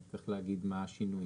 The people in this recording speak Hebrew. אז צריך להגיד מה השינוי.